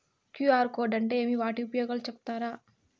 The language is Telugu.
క్యు.ఆర్ కోడ్ అంటే ఏమి వాటి ఉపయోగాలు సెప్తారా?